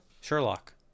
Sherlock